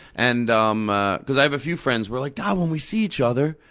and um ah because i have a few friends, we're like when we see each other,